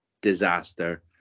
disaster